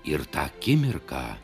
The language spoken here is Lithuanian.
ir tą akimirką